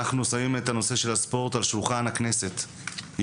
אנחנו שמים את הנושא של הספורט על שולחן הכנסת יום-יום,